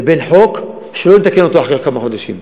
ושלא נתקן אותו אחרי כמה חודשים.